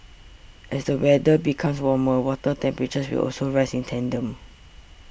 as the weather becomes warmer water temperatures will also rise in tandem